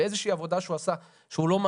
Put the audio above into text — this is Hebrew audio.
באיזה שהיא עבודה שהוא עשה שהיא לא מה